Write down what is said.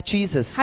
Jesus